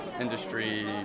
industry